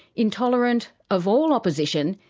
intolerant of all opposition,